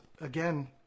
again